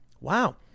Wow